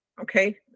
okay